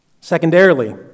Secondarily